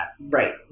Right